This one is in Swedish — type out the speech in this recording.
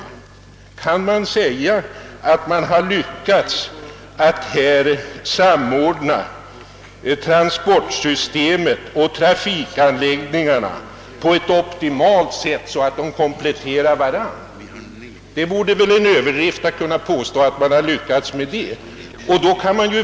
Kan det sägas att man lyckats att här samordna transportsystemet och trafikanläggningarna på ett optimalt sätt, så att de kompletterar varandra? Det vore väl en överdrift att påstå att man lyckats med det.